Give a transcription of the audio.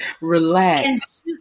relax